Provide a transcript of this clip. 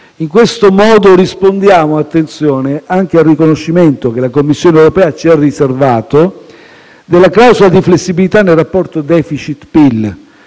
In questo modo rispondiamo - attenzione - anche al riconoscimento, che la Commissione europea ci ha riservato, della clausola di flessibilità nel rapporto *deficit*-PIL.